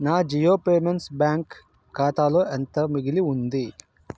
నా Jio payments bank ఖాతాలో ఎంత మిగిలి ఉంది